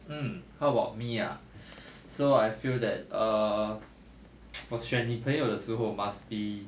hmm how about me ah so I feel that err 我选女朋友的时候 must be